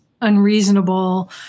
unreasonable